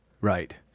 Right